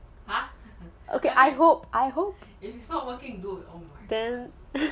okay I hope I hope then